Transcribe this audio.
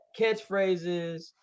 catchphrases